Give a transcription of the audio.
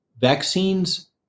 Vaccines